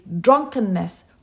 drunkenness